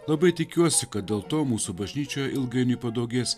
labai tikiuosi kad dėl to mūsų bažnyčioje ilgainiui padaugės